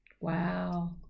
Wow